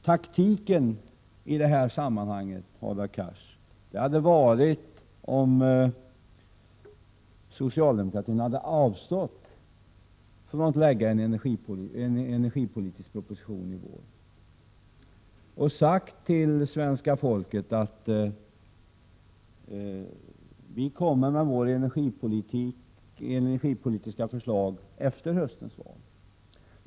Taktik i detta sammanhang, Hadar Cars, hade det varit fråga om ifall vi socialdemokrater avstått från att lägga fram en energipolitisk proposition i vår och sagt till svenska folket att vi skulle komma med vårt energipolitiska förslag efter höstens val.